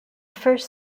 first